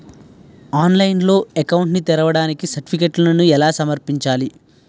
ఆన్లైన్లో అకౌంట్ ని తెరవడానికి సర్టిఫికెట్లను ఎలా సమర్పించాలి?